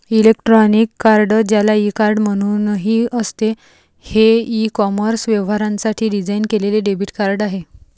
electronic card, ज्याला e card म्हणूनही असते, हे ई कॉमर्स व्यवहारांसाठी डिझाइन केलेले डेबिट कार्ड आहे